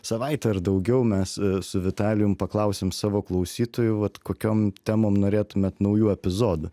savaitę ar daugiau mes su vitalijum paklausėm savo klausytojų vat kokiom temom norėtumėt naujų epizodų